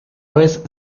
vez